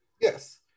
Yes